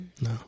No